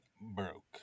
broke